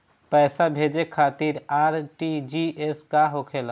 पैसा भेजे खातिर आर.टी.जी.एस का होखेला?